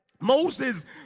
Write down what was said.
Moses